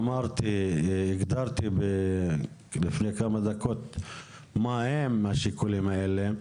הגדרתי לפני כמה דקות מה הם השיקולים האלה,